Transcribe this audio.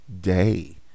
day